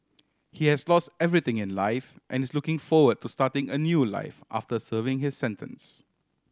he has lost everything in life and is looking forward to starting a new life after serving his sentence